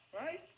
Right